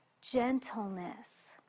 gentleness